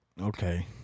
okay